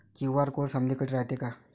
QR code समदीकडे रायतो का?